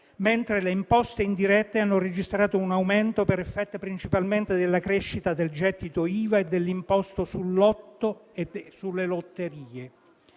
mentre le imposte indirette hanno registrato un aumento per effetto principalmente della crescita del gettito IVA e dell'imposta sul lotto e sulle lotterie.